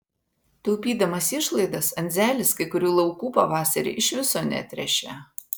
taupydamas išlaidas andzelis kai kurių laukų pavasarį iš viso netręšė